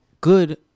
good